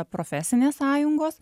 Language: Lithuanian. profesinės sąjungos